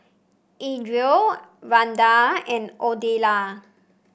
Adrien Randall and Odelia